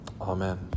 Amen